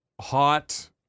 hot